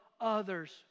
others